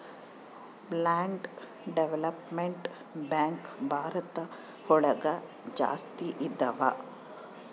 land development bank Bharat ಒಳಗ ಜಾಸ್ತಿ ಇದಾವ